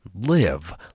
live